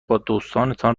بادوستانتان